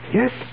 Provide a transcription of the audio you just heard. yes